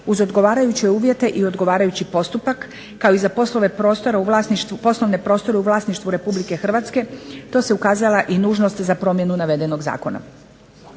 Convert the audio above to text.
uz odgovarajuće uvjete i odgovarajući postupak kao i za poslovne prostore u vlasništvu RH to se ukazala i nužnost za promjenu navedenog zakona.